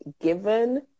given